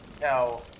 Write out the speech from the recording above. now